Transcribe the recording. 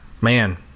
man